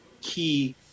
key